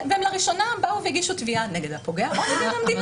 ולראשונה הם באו והגישו תביעה נגד הפוגע ונגד המדינה.